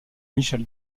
michel